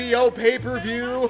Pay-Per-View